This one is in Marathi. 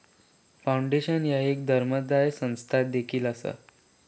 फाउंडेशन ह्या एक धर्मादाय संस्था देखील असा